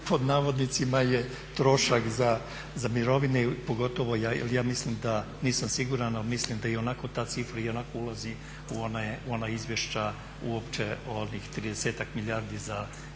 pod navodnicima je "trošak" za mirovine pogotovo jer ja mislim da, nisam siguran, ali mislim da ionako ta cifra ionako ulazi u ona izvješća uopće o onih 30-ak milijardi za mirovine